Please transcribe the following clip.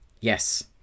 yes